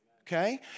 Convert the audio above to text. Okay